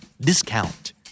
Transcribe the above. discount